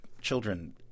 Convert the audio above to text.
children –